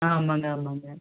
ஆமாம்ங்க ஆமாம்ங்க